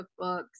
cookbooks